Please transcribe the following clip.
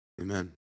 Amen